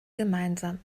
gemeinsam